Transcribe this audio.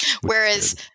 Whereas